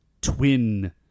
twin